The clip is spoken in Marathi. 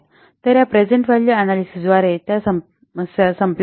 तर या प्रेझेन्ट व्हॅल्यू अनॅलिसिस द्वारे त्या समस्या संपल्या आहेत